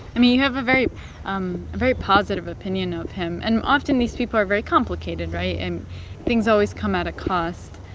i mean, you have a um very positive opinion of him. and often, these people are very complicated right? and things always come at a cost.